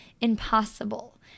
impossible